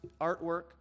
artwork